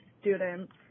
students